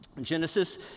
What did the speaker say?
Genesis